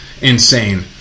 insane